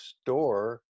store